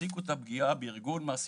תפסיקו את הפגיעה בארגון מעסיקים.